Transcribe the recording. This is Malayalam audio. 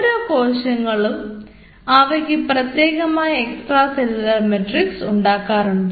ഓരോ കോശങ്ങളും അവയ്ക്ക് പ്രത്യേകമായ എക്സ്ട്രാ സെല്ലുലാർ മാട്രിക്സ് ഉണ്ടാകാറുണ്ട്